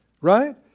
Right